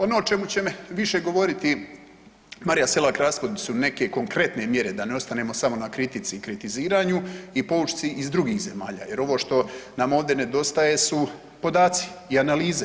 Ono o čemu će više govoriti Marija Selak-Raspudić su neke konkretne mjere da ne ostanemo samo na kritici i kritiziranju i poučci iz drugih zemalja, jer ovo što nam ovdje nedostaje su podaci i analize.